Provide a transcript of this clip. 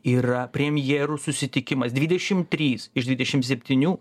yra premjerų susitikimas dvidešim trys iš dvidešim septynių